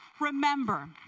remember